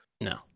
No